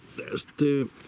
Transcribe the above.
there's two